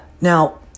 Now